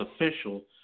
official